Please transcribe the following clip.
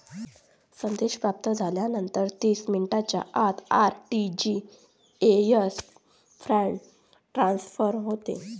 संदेश प्राप्त झाल्यानंतर तीस मिनिटांच्या आत आर.टी.जी.एस फंड ट्रान्सफर होते